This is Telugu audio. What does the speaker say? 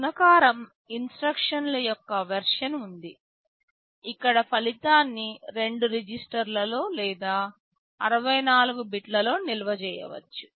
గుణకారం ఇన్స్ట్రక్షన్ ల యొక్క వెర్షన్ ఉంది ఇక్కడ ఫలితాన్ని రెండు రిజిస్టర్లలో లేదా 64 బిట్లలో నిల్వ చేయవచ్చు